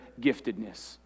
giftedness